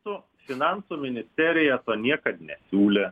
su finansų ministerija to niekad nesiūlė